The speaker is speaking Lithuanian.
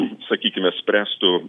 sakykime spręstų